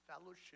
fellowship